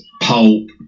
pulp